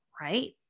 right